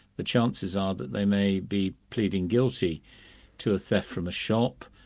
the chances are that they may be pleading guilty to a theft from a shop,